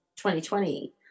2020